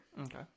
Okay